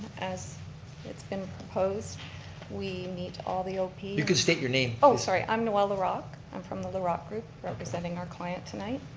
as it's been proposed we need to all the op. you can state your name. oh, sorry, i'm noel laroch, i'm from the laroch group representing our client tonight.